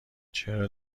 چرا